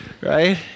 right